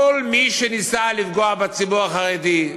כל מי שניסה לפגוע בציבור החרדי,